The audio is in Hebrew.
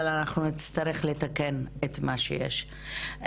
אנחנו נצטרך לתקן את מה שיש.